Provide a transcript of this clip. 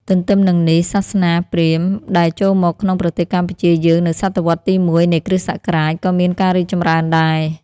ទន្ទឹមនឹងនេះ សាសនាព្រាហ្មណ៍ ដែលចូលមកក្នុងប្រទេសកម្ពុជាយើង នៅស.វ. ទី ១ នៃគ.ស. ក៏មានការរីកចម្រើនដែរ ។